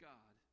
God